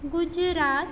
Gujarat